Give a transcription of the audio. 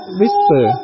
whisper